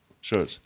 Sure